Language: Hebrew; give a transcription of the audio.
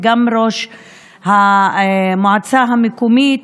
וגם ראש המועצה המקומית,